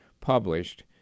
published